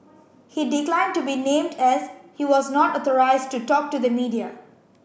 he declined to be named as he was not authorised to talk to the media